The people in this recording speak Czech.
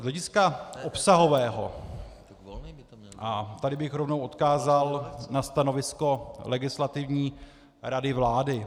Z hlediska obsahového a tady bych rovnou odkázal na stanovisko Legislativní rady vlády.